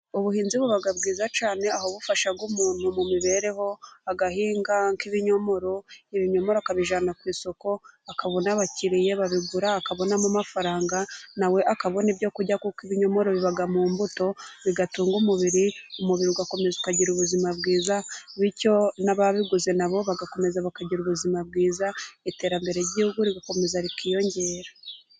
Ubuhinzi buba bwiza cyane aho bufasha umuntu mu mibereho, agahinga nk'ibinyomoro, ibinyomoro akabijyana ku isoko akabona n'abakiriya babigura akabonamo amafaranga, na we akabona ibyo kurya kuko ibinyomoro biba mu mbuto, bigatunga umubiri, umubiri ugakomeza ukagira ubuzima bwiza, bityo n'ababiguze na bo bagakomeza bakagira ubuzima bwiza, iterambere ry'igihugu rigakomeza rikiyongera.